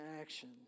action